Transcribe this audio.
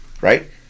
right